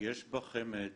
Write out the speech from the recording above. יש בחמ"ד